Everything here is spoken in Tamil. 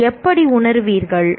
நீங்கள் எப்படி உணருவீர்கள்